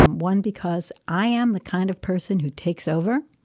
um one, because i am the kind of person who takes over.